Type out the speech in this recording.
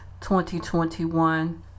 2021